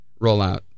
rollout